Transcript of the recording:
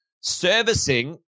servicing